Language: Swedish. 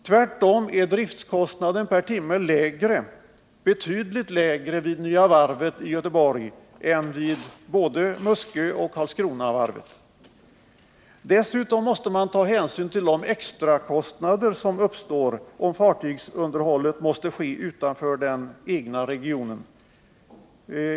Tvärtom är driftkostnaden per timme betydligt lägre vid Nya varvet i Göteborg än vid både Musköoch Karlskronavarven. Dessutom måste man ta hänsyn till de extrakostnader som uppstår om fartygsunderhållet måste ske utanför den egna regionen.